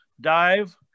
dive